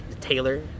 Taylor